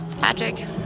patrick